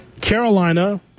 Carolina